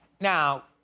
Now